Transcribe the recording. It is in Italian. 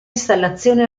installazioni